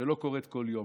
שלא קורית כל יום: